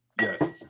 Yes